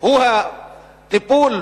הוא הטיפול